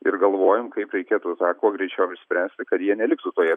ir galvojam kaip reikėtų tą kuo greičiau išspręsti kad jie neliktų toje